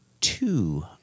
Two